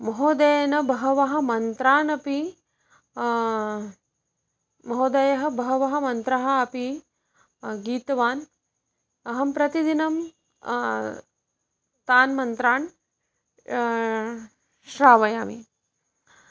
महोदयेन बहवः मन्त्रान् अपि महोदयः बहवः मन्त्रम् अपि गीतवान् अहं प्रतिदिनं तान् मन्त्रान् श्रावयामि